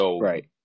Right